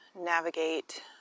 navigate